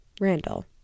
Randall